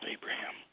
Abraham